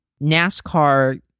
NASCAR